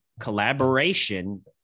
collaboration